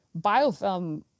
biofilm